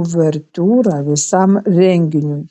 uvertiūra visam renginiui